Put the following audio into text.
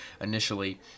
initially